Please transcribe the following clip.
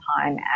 time